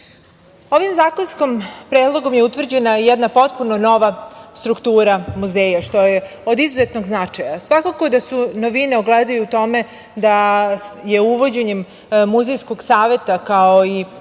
Ovim zakonskim predlogom je utvrđena jedna potpuno nova struktura muzeja, što je od izuzetnog značaja. Svakako da se novine ogledaju u tome da je uvođenjem muzejskog saveta kao i